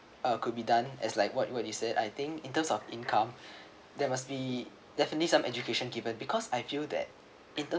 uh could be done as like what you what you say I think in terms of income there must be definitely some education given because I feel that in terms